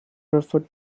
referred